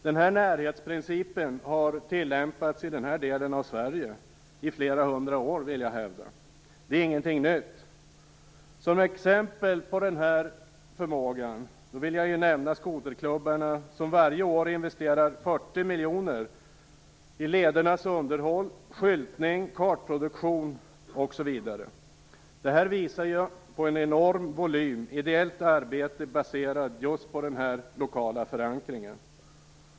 Denna närhetsprincip har tillämpats i denna del av Sverige i flera hundra år, vill jag hävda. Det är ingenting nytt. Som exempel på denna förmåga vill jag nämna skoterklubbarna, som varje år investerar 40 miljoner i ledernas underhåll, skyltning, kartproduktion osv. Detta visar på en enorm volym ideellt arbete, baserat just på denna lokala förankring.